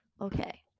Okay